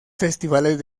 festivales